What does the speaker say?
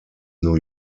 new